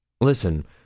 Listen